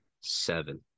seven